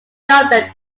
dublin